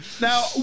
Now